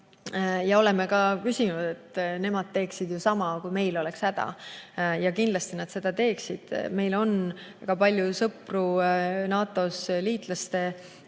ja oleme ka küsinud, kas nemad teeksid sama, kui meil oleks häda. Ja kindlasti nad seda teeksid. Meil on väga palju sõpru NATO-s liitlaste ja